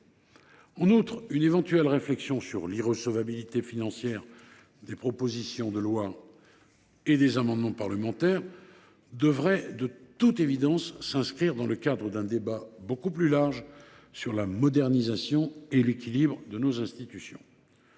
En outre, une éventuelle réflexion sur l’irrecevabilité financière des propositions de loi et des amendements parlementaires devrait de toute évidence s’inscrire dans le cadre d’un débat beaucoup plus large sur la modernisation et l’équilibre de nos institutions.